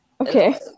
Okay